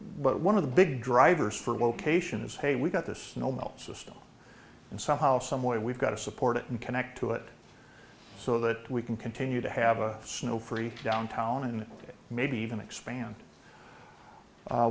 but one of the big drivers for location is hey we've got this snow melt system and somehow someway we've got to support it and connect to it so that we can continue to have a snow free downtown and maybe even expand